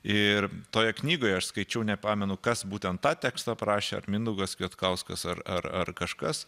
ir toje knygoje aš skaičiau nepamenu kas būtent tą tekstą parašė ar mindaugas kvietkauskas ar ar ar kažkas